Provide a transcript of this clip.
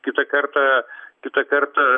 kitą kartą kitą kart